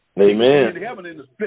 Amen